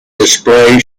display